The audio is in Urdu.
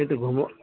کی تو گھوما